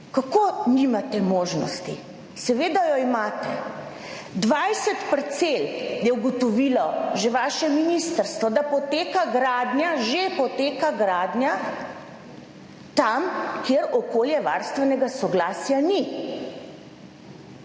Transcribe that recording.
kako nimate možnosti, seveda jo imate, dvajset parcel je ugotovilo že vaše ministrstvo, da poteka gradnja, že poteka gradnja tam, kjer okoljevarstvenega soglasja ni,